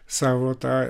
savo tą